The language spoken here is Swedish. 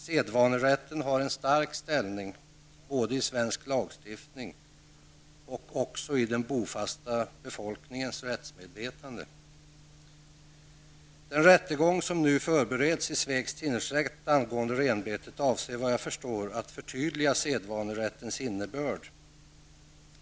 Sedvanerätten har en stark ställning både i svensk lagstiftning och i den bofasta befolkningens rättsmedvetande. Den rättegång som nu förbereds i Svegs tingsrätt angående renbetet avser enligt vad jag förstår att förtydliga sedvanerättens innebörd.